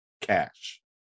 cash